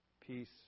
peace